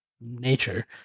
nature